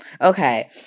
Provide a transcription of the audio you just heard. Okay